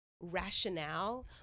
rationale